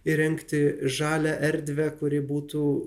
įrengti žalią erdvę kuri būtų